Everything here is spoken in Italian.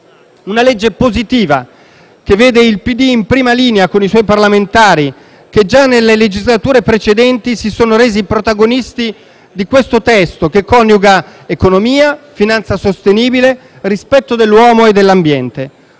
una legge positiva, che vede il PD in prima linea con i suoi parlamentari, che già nelle legislature precedenti si sono resi protagonisti di questo testo, che coniuga economia, finanza sostenibile, rispetto dell'uomo e dell'ambiente;